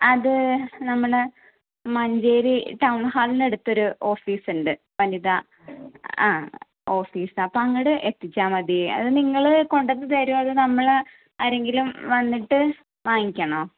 അത് നമ്മൾ മഞ്ചേരി ടൗൺ ഹാളിന് അടുത്തൊരു ഓഫീസ് ഉണ്ട് വനിതാ ആ ഓഫീസ് അപ്പം അങ്ങോട്ട് എത്തിച്ചാൽ മതി അത് നിങ്ങൾ കൊണ്ടുവന്ന് തരുമോ അതോ നമ്മൾ ആരെങ്കിലും വന്നിട്ട് വാങ്ങിക്കണോ